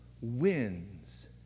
wins